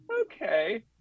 okay